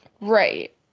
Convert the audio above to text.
Right